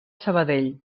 sabadell